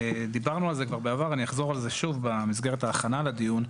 דיברנו על זה כבר בעבר ואני אחזור על זה שוב במסגרת ההכנה לדיון.